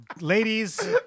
ladies